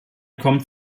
kommt